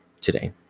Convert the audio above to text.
today